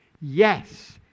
Yes